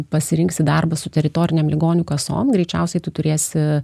pasirinksi darbą su teritorinėm ligonių kasom greičiausiai tu turėsi